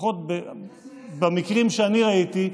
לפחות במקרים שאני ראיתי,